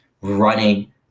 running